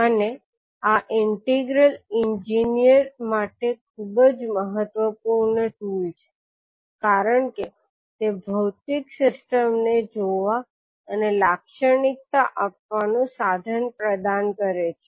અને આ integral engineer માટે ખૂબ જ મહત્વપૂર્ણ ટુલ છે કારણ કે તે ભૌતિક સિસ્ટમ ને જોવા અને લાક્ષણિકતા આપવાનું સાધન પ્રદાન કરે છે